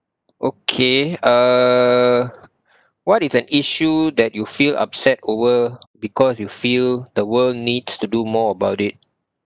okay uh what is an issue that you feel upset over because you feel the world needs to do more about it